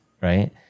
right